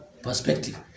perspective